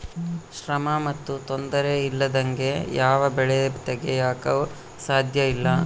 ಶ್ರಮ ಮತ್ತು ತೊಂದರೆ ಇಲ್ಲದಂಗೆ ಯಾವ ಬೆಳೆ ತೆಗೆಯಾಕೂ ಸಾಧ್ಯಇಲ್ಲ